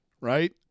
right